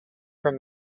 from